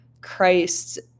Christ